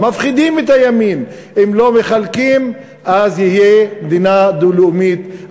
מפחידים את הימין: אם לא מחלקים אז תהיה מדינה דו-לאומית.